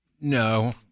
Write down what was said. No